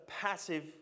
passive